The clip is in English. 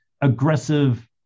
aggressive